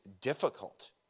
difficult